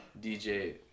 dj